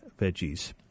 veggies